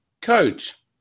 Coach